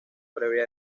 previa